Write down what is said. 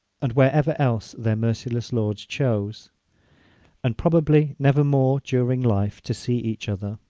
and wherever else their merciless lords chose and probably never more during life to see each other!